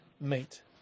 meet